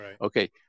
Okay